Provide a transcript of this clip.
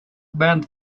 bernd